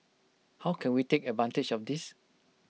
how can we take advantage of this